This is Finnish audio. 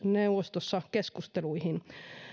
neuvostossa keskusteluihin